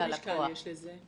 איזה משקל יש לזה?